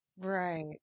Right